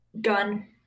Done